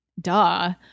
duh